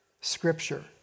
Scripture